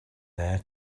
there